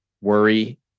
worry